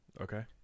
Okay